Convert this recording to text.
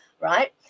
right